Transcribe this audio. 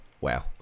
Wow